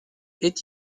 est